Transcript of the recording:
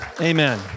amen